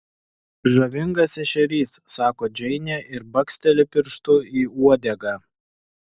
žavingas ešerys sako džeinė ir baksteli pirštu į uodegą